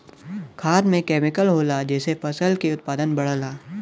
खाद में केमिकल होला जेसे फसल के उत्पादन बढ़ला